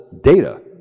data